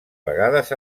vegades